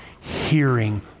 hearing